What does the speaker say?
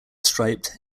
striped